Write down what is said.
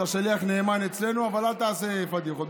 אתה שליח נאמן אצלנו, אבל אל תעשה פדיחות.